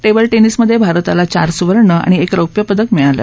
table टेनिसमधे भारताला चार सुवर्ण आणि एक रौप्य पदक मिळालं